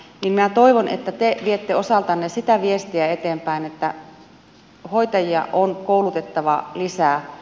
minä toivon että te viette osaltanne sitä viestiä eteenpäin että hoitajia on koulutettava lisää